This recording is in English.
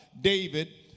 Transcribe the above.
David